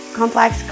complex